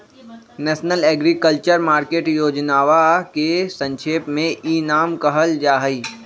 national agriculture market योजनवा के संक्षेप में ई नाम कहल जाहई